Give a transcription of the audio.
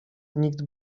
nikt